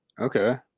okay